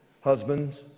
husbands